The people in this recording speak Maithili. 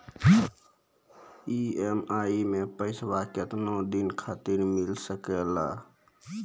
ई.एम.आई मैं पैसवा केतना दिन खातिर मिल सके ला?